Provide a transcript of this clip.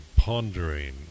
pondering